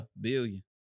billion